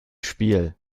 spiel